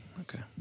okay